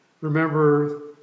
remember